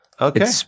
okay